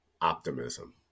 optimism